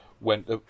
went